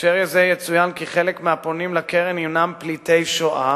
בהקשר זה יצוין כי חלק מהפונים לקרן הם פליטי שואה,